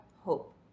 hope